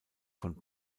von